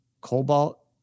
Cobalt